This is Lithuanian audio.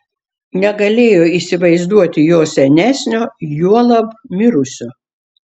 negalėjo įsivaizduoti jo senesnio juolab mirusio